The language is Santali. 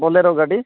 ᱵᱚᱞᱮᱨᱳ ᱜᱟᱹᱰᱤ